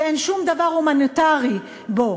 שאין שום דבר הומניטרי בו.